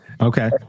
Okay